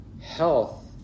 health